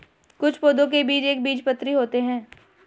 कुछ पौधों के बीज एक बीजपत्री होते है